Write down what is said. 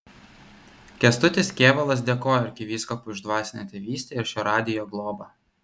kęstutis kėvalas dėkojo arkivyskupui už dvasinę tėvystę ir šio radijo globą